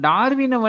Darwin